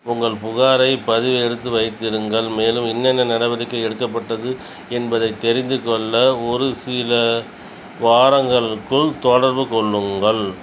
உங்கள் புகார்களைப் பதிவு எடுத்து வைத்திருங்கள் மேலும் என்னென்ன நடவடிக்கைகள் எடுக்கப்பட்டது என்பதைத் தெரிந்துகொள்ள ஒரு சில வாரங்களுக்குள் தொடர்பு கொள்ளுங்கள்